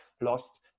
lost